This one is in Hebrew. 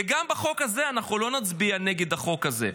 וגם בחוק הזה אנחנו לא נצביע נגד החוק הזה,